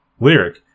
lyric